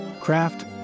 craft